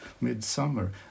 midsummer